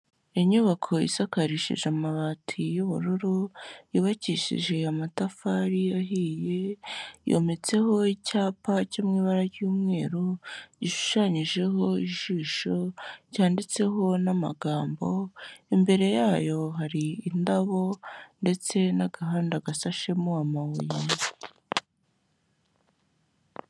Inyubako isakarishije amabati y'ubururu, yubakishije amatafari ahiye, yometseho icyapa cyo mu ibara ry'umweru, gishushanyijeho ijisho, cyanditseho n'amagambo, imbere yayo hari indabo ndetse n'agahanda gashashemo amabuye.